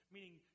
Meaning